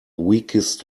weakest